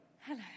Hello